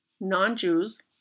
non-Jews